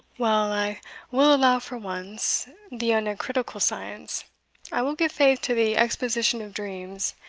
well, i will allow for once the oneirocritical science i will give faith to the exposition of dreams,